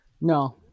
No